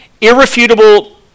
irrefutable